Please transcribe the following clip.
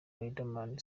riderman